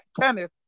Kenneth